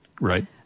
Right